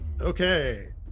Okay